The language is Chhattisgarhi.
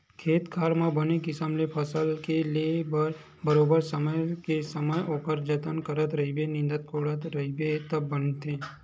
खेत खार म बने किसम ले फसल के ले बर बरोबर समे के समे ओखर जतन करत रहिबे निंदत कोड़त रहिबे तब बनथे